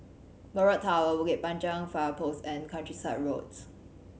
Mirage Tower Bukit Panjang Fire Post and Countryside Road